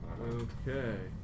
Okay